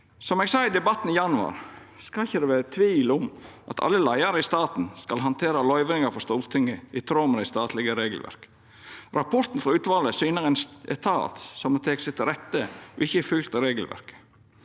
Som eg sa i debatten i januar, skal det ikkje vera tvil om at alle leiarar i staten skal handtera løyvingar frå Stortinget i tråd med det statlege regelverket. Rapporten frå utvalet syner ein etat som har teke seg til rette og ikkje fylgt regelverket.